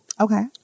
Okay